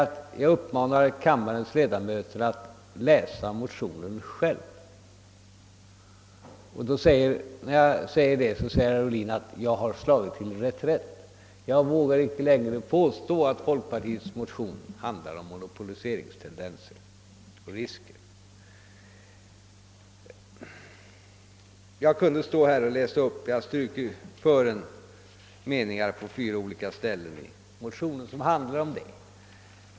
När jag uppmanar kammarens ledamöter att själva läsa motionen, påstår herr Ohlin att jag har slagit till reträtt. Jag vågar inte längre påstå, säger han, att folkpartiets motion handlar om monopoliseringsrisker. Jag kunde stå här och läsa upp ur motionen. Jag har på fyra olika ställen: i motionen strukit under meningar som handlar om detta.